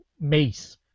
mace